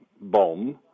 bomb